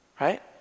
right